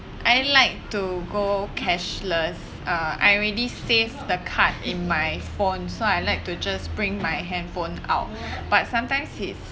I like to go cashless uh I already save the card in my phone so I like to just bring my handphone out but sometimes is